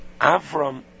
Avram